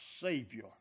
Savior